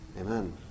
Amen